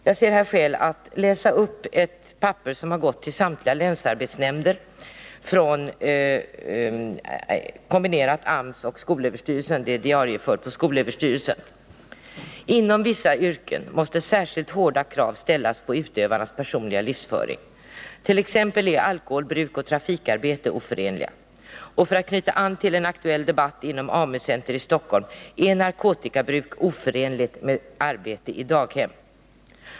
Det finns skäl för mig att läsa upp en skrivelse från kombinerat AMS och skolöverstyrelsen. Skrivelsen, som har diarieförts på skolöverstyrelsen, har skickats till samtliga länsarbetsnämnder. Det står bl.a. följande: ”Inom vissa yrken måste särskilt hårda krav ställas på utövarnas personliga livsföring. T. ex. är alkoholbruk och trafikarbete oförenliga, och för att knyta an till en aktuell debatt inom ett AMU-center i Stockholm, är narkotikabruk oförenligt med arbete i daghem.